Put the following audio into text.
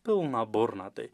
pilna burna tai